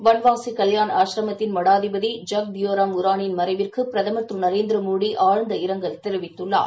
வன்வாசிகல்யாண் ஆசிரமத்தின் மடாதிபதி ஜக்த் தியோராம் ஓரானின் மறைவிற்குபிரதமர் திரு நரேந்திரமோடிஆழ்ந்த இரங்கல் தெரிவித்துள்ளார்